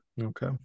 Okay